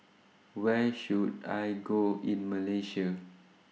Where should I Go in Malaysia